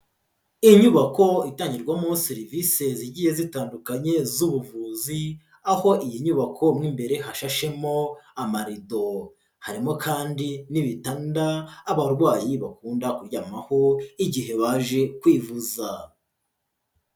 Inyubako itangirwamo serivisi zigiye zitandukanye z'ubuvuzi, aho iyi nyubako mo imbere hashashemo amarido, harimo kandi n'ibitanda abarwayi bakunda kuryamaho igihe baje kwivuza.